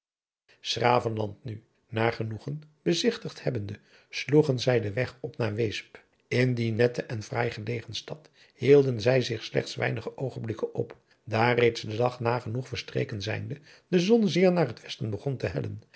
s graveland nu naar genoegen bezigtigd hebbende sloegen zij den weg op naar weesp in die nette en fraai gelegen stad hielden zij zich slechts weinige oogenblikken op daar reeds de dag nagenoeg verstreken zijnde de zon zeer naar het westen begon te hellen